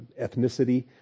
ethnicity